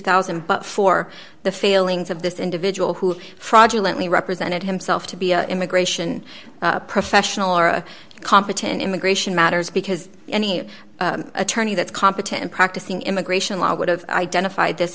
thousand but for the failings of this individual who fraudulent me represented himself to be a immigration professional or a competent immigration matters because any attorney that's competent and practicing immigration law would have identified this